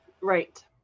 Right